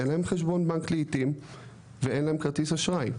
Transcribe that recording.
אין להם חשבון בנק לעיתים ואין להם כרטיס אשראי.